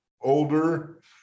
older